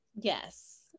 Yes